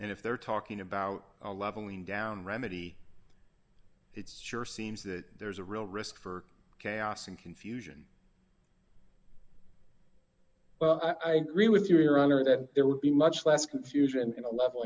and if they're talking about a leveling down remedy it's sure seems that there's a real risk for chaos and confusion well i agree with your honor that there would be much less confusion and level